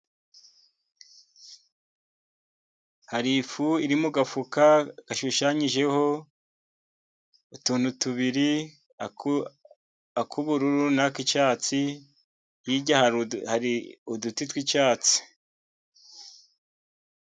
Hari ifu iri mu gafuka gashushanyijeho utuntu tubiri, ak'ubururu, nak'icyatsi hirya hari uduti tw'icyatsi.